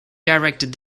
directed